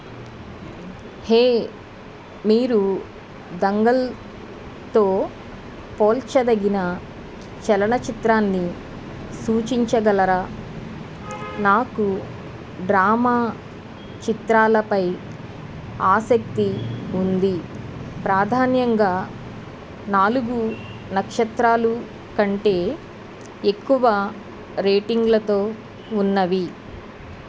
హే మీరు దంగల్తో పోల్చదగిన చలనచిత్రాన్ని సూచించగలరా నాకు డ్రామా చిత్రాలపై ఆసక్తి ఉంది ప్రాధాన్యంగా నాలుగు నక్షత్రాలు కంటే ఎక్కువ రేటింగ్లతో ఉన్నవి